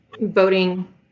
voting